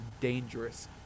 dangerous